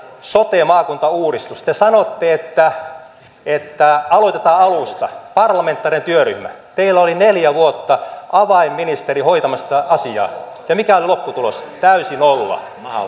ja maakuntauudistus te sanotte että että aloitetaan alusta parlamentaarinen työryhmä teillä oli neljä vuotta avainministeri hoitamassa tätä asiaa ja mikä oli lopputulos täysi nolla